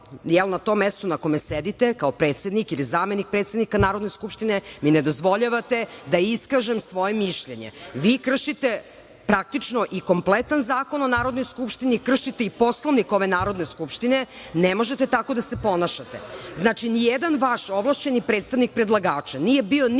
na tom mestu na kom sedite, kao predsednik ili predsednik zamenika Narodne Skupštine mi ne dozvoljavate da iskažem svoje mišljenje, vi kršite praktično i kompletan Zakon o Narodnoj skupštini, kršite i Poslovnik ove Narodne skupštine i ne možete tako da se ponašate. Znači, nijedan vaš ovlašćeni predstavnik predlagača nije bio nikada